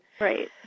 Right